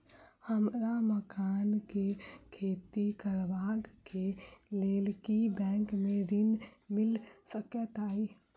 हमरा मखान केँ खेती करबाक केँ लेल की बैंक मै ऋण मिल सकैत अई?